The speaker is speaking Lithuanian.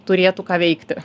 turėtų ką veikti